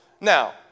Now